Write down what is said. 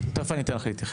תיכף אני אתן לך להתייחס.